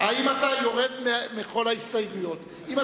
האם אתה יורד מכל ההסתייגויות?